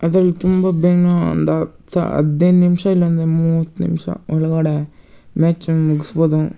ಅದ್ರಲ್ಲಿ ತುಂಬ ಒಂದು ಹತ್ತು ಹದಿನೈದು ನಿಮಿಷ ಇಲ್ಲಾಂದ್ರೆ ಮೂವತ್ತು ನಿಮಿಷ ಒಳಗಡೆ ಮ್ಯಾಚನ್ನು ಮುಗಿಸ್ಬೋದು